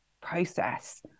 process